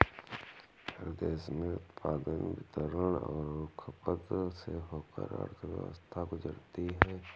हर देश में उत्पादन वितरण और खपत से होकर अर्थव्यवस्था गुजरती है